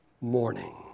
morning